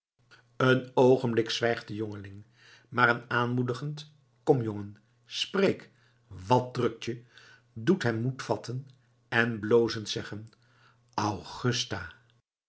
een oogenblik zwijgt de jongeling maar een aanmoedigend kom jongen spreek wat drukt je doet hem moed vatten en blozend zeggen augusta